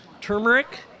Turmeric